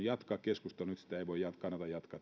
jatkaa keskustelua nyt sitä ei kannata jatkaa